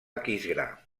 aquisgrà